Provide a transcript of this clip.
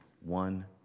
one